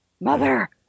mother